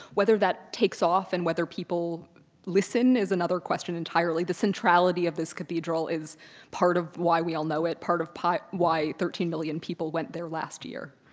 whether that takes off and whether people listen is another question entirely. the centrality of this cathedral is part of why we all know it, part of why thirteen million people went there last year.